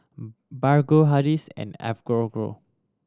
Bargo Hardy's and Enfagrow